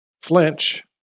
Flinch